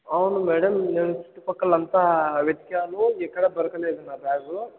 అవును మ్యాడం నేను చుట్టుపక్కలంతా వెతికాను ఎక్కడా దొరకలేదు నా బ్యాగు